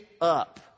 up